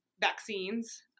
vaccines